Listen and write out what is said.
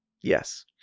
Yes